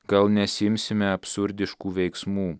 gal nesiimsime absurdiškų veiksmų